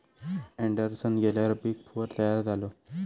Anderson गेल्यार big four तयार झालो